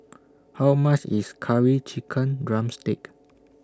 How much IS Curry Chicken Drumstick